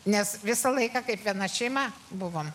nes visą laiką kaip viena šeima buvom